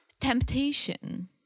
Temptation